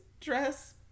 dress